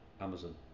amazon